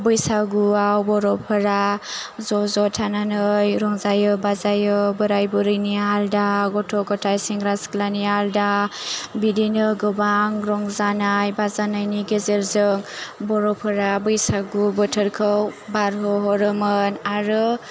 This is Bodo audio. बैसागुआव बर'फोरा ज' ज' थानानै रंजायो बाजायो बोराइ बुरिनिया आलदा गथ' गथाइ सेंग्रा सिख्लानिया आलदा बिदिनो गोबां रंजानाय बाजानायनि गेजेरजों बर'फोरा बैसागु बोथोरखौ बारहो होरोमोन आरो